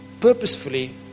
purposefully